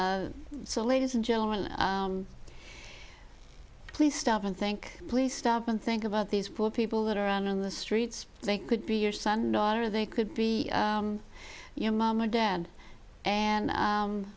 so ladies and gentlemen please stop and think please stop and think about these poor people that are on the streets they could be your son daughter they could be your mom or dad and